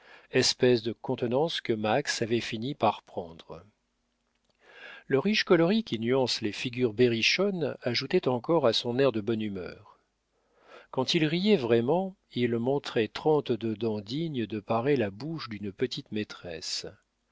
espèce de contenance que max avait fini par prendre le riche coloris qui nuance les figures berrichonnes ajoutait encore à son air de bonne humeur quand il riait vraiment il montrait trente-deux dents dignes de parer la bouche d'une petite maîtresse